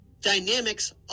dynamics